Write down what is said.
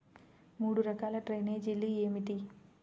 మూడు రకాల డ్రైనేజీలు ఏమిటి?